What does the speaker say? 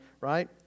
right